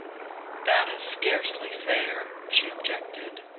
that is scarcely fair, she objected.